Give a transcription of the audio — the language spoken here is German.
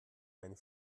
einen